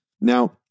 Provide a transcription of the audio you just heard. Now